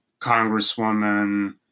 congresswoman